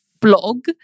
blog